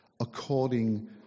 according